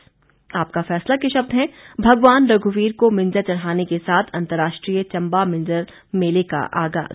आपका फैसला के शब्द हैं भगवान रघुवीर को मिंजर चढ़ाने के साथ अंतर्राष्ट्रीय चम्बा मिंजर मेले का आगाज़